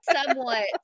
somewhat